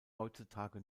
heutzutage